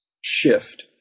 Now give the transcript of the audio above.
shift